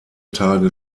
tage